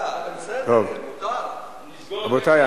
רבותי,